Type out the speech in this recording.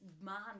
man